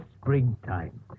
springtime